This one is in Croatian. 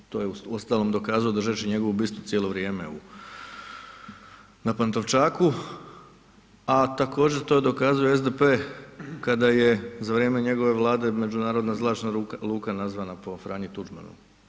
To je uostalom dokazao držeći njegovu bistu cijelo vrijeme na Pantovčaku, a također to dokazuje SDP kada je za vrijeme njegove vlade međunarodna zračna luka nazvana po Franji Tuđmanu.